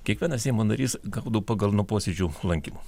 kiekvienas seimo narys gaudavo pagal nuo posėdžių lankymo